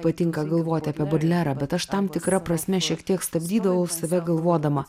patinka galvoti apie bodlerą bet aš tam tikra prasme šiek tiek stabdydavau save galvodama